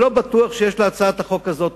לא בטוח שיש להצעת החוק הזאת